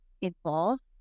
involved